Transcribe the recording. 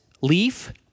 leaf